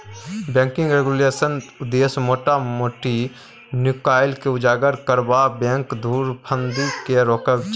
banking रेगुलेशनक उद्देश्य मोटा मोटी नुकाएल केँ उजागर करब आ बैंक धुरफंदी केँ रोकब छै